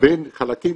בין חלקים